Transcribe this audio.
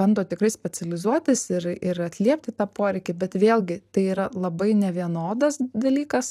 bando tikrai specializuotis ir ir atliepti tą poreikį bet vėlgi tai yra labai nevienodas dalykas